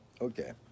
Okay